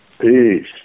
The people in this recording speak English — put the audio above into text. Peace